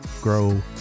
grow